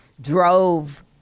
drove